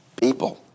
people